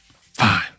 Fine